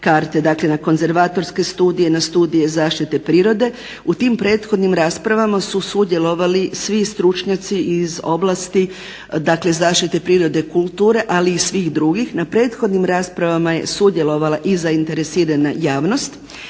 Dakle, na konzervatorske studije, na studije zaštite prirode. U tim prethodnim raspravama su sudjelovali svi stručnjaci iz oblasti, dakle zaštite prirode kulture, ali i svih drugih. Na prethodnim raspravama je sudjelovala i zainteresirana javnost.